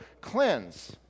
cleanse